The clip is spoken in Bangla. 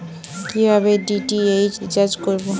কিভাবে ডি.টি.এইচ রিচার্জ করব?